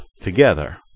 together